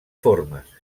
formes